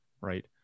right